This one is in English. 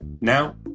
Now